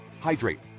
Hydrate